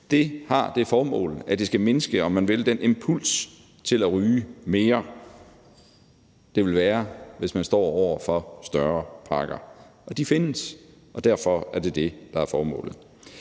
Det har det formål, at det skal mindske – om man vil – den impuls til at ryge mere, der vil være, hvis man står over for større pakker. Og de findes, og det er derfor det, der er formålet.